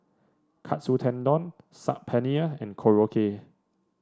Katsu Tendon Saag Paneer and Korokke